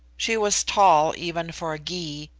she was tall even for a gy,